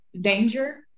danger